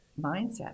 mindset